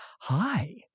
hi